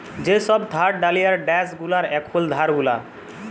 যে সব থার্ড ডালিয়ার ড্যাস গুলার এখুল ধার গুলা